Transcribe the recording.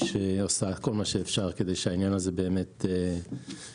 שעושה כל מה שאפשר כדי שהעניין הזה באמת יוסדר.